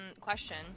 Question